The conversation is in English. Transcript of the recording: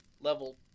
Level